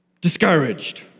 discouraged